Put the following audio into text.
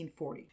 1940